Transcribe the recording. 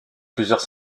plusieurs